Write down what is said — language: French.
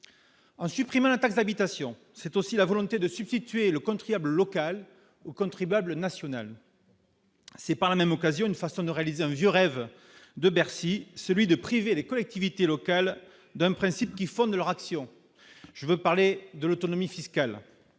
en supprimant la taxe d'habitation, c'est aussi la volonté de substituer le contribuable local au contribuable national. C'est par la même occasion, une façon de réaliser un vieux rêve de Bercy, celui de priver les collectivités locales d'un principe qui fondent leur action, je veux parler de l'autonomie fiscale,